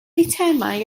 eitemau